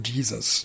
Jesus